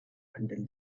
until